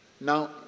Now